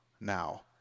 now